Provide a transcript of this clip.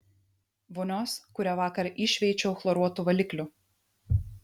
vonios kurią vakar iššveičiau chloruotu valikliu